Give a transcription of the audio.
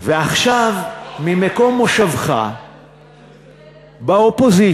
ועכשיו, ממקום מושבך באופוזיציה,